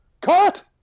Cut